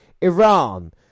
Iran